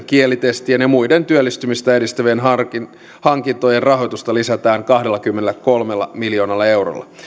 kielitestien ja muiden työllistymistä edistävien hankintojen hankintojen rahoitusta lisätään kahdellakymmenelläkolmella miljoonalla eurolla